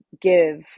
give